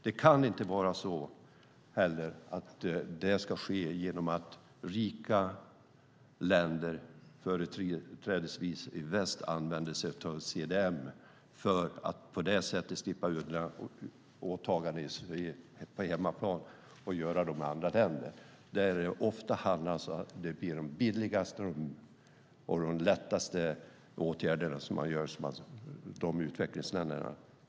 Det kan inte heller vara så att det ska ske genom att rika länder företrädesvis i väst använder sig av CDM för att på det sättet slippa undan åtaganden på hemmaplan och göra dem i andra länder. Det handlar ofta om att man gör de billigaste och lättaste åtgärderna i utvecklingsländerna.